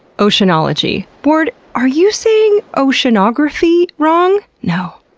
oceanology. ward, are you saying oceanography wrong? no,